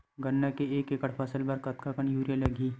गन्ना के एक एकड़ फसल बर कतका कन यूरिया लगही?